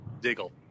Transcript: Diggle